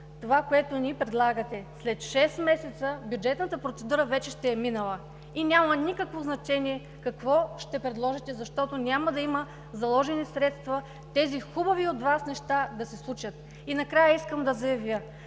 това, което ни предлагате – след шест месеца бюджетната процедура вече ще е минала и няма никакво значение какво ще предложите, защото няма да има заложени средства тези хубави от Вас неща да се случат. Накрая искам да заявя,